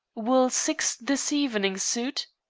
will six this evening suit?